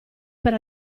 per